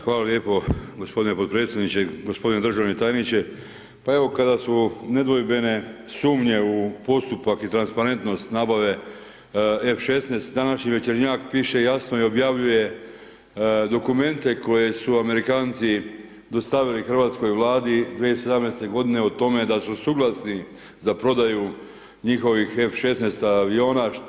Hvala lijepo g. potpredsjedniče. g. Državni tajniče, pa evo kada su nedvojbene sumnje u postupak i transparentnost nabave F-16 današnji Večernjak piše jasno i objavljuje dokumente koje su Amerikanci dostavili hrvatskoj Vladi 2017.-te godine o tome da su suglasni za prodaju njihovih F-16 aviona.